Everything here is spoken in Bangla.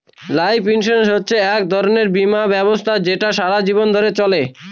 লাইফ ইন্সুরেন্স হচ্ছে এক ধরনের বীমা ব্যবস্থা যেটা সারা জীবন ধরে চলে